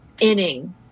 inning